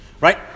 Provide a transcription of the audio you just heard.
right